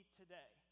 today